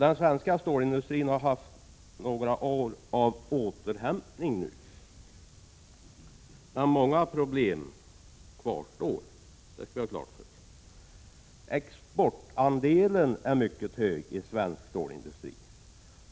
Den svenska stålindustrin har nu haft några år av återhämtning, men många problem kvarstår — det skall vi har klart för oss. Exportandelen i svensk stålindustri är mycket hög.